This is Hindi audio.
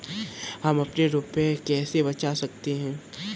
हम अपने रुपये कैसे बचा सकते हैं?